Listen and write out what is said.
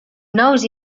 nous